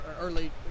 early